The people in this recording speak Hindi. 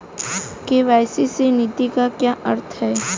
के.वाई.सी नीति का क्या अर्थ है?